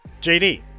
jd